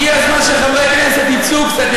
הגיע הזמן שחברי הכנסת יצאו קצת,